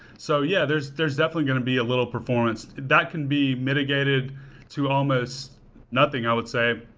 so yeah, there's there's definitely going to be a little performance. that can be mitigated to almost nothing, i would say,